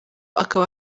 akaba